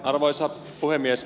arvoisa puhemies